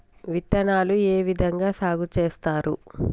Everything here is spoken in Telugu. విత్తనాలు ఏ విధంగా సాగు చేస్తారు?